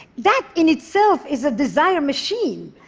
that in itself is a desire machine,